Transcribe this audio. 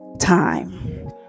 time